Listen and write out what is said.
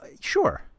Sure